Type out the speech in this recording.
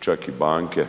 čak i banke